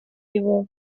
его